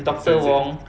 doctor wong